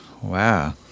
wow